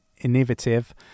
innovative